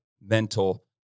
mental